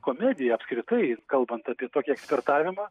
komedija apskritai kalbant apie tokį ekspertavimą